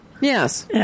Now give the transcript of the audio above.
Yes